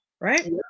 right